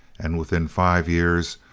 and within five years,